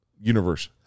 universe